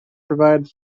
provide